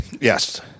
yes